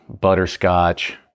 butterscotch